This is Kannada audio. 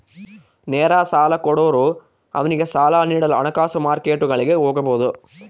ನೇರ ಸಾಲ ಕೊಡೋರು ಅವ್ನಿಗೆ ಸಾಲ ನೀಡಲು ಹಣಕಾಸು ಮಾರ್ಕೆಟ್ಗುಳಿಗೆ ಹೋಗಬೊದು